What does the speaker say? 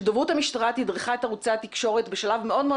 אני רק אגיד לך שדוברות המשטרה תדרכה את ערוצי התקשורת בשלב מאוד מאוד